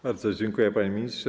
Bardzo dziękuję, panie ministrze.